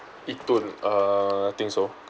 yitun uh think so